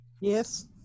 Yes